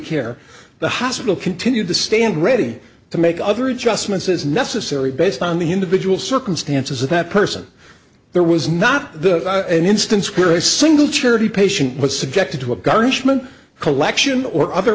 care the hospital continued to stand ready to make other adjustments as necessary based on the individual circumstances that person there was not the instance where a single charity patient was subjected to a garnishment collection or other